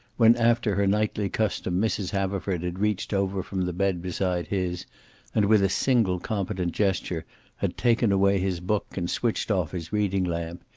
when after her nightly custom mrs. haverford had reached over from the bed beside his and with a single competent gesture had taken away his book and switched off his reading lamp,